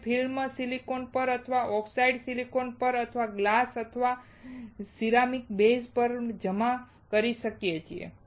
અમે film silicon પર અથવા ઓક્સિડાઇઝ્ડ સિલિકોન પર અથવા ગ્લાસ પર અથવા સિરામિક બેઝ પર જમા કરી શકીએ છીએ